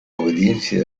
obediencia